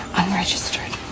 unregistered